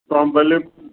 तव्हां भले